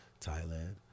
Thailand